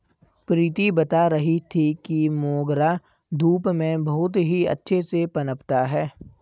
प्रीति बता रही थी कि मोगरा धूप में बहुत ही अच्छे से पनपता है